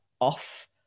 off